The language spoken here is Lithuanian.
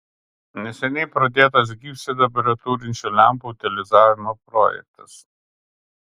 neseniai pradėtas gyvsidabrio turinčių lempų utilizavimo projektas